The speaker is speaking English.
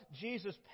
Jesus